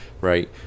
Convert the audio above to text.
right